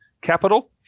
Capital